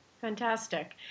Fantastic